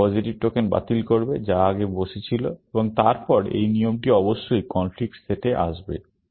এটি positive token বাতিল করবে যা আগে বসেছিল এবং তারপরে এই নিয়মটি অবশ্যই কনফ্লিক্ট সেটে আসবে